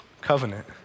covenant